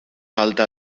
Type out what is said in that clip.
alta